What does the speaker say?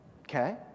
okay